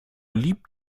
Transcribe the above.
liebt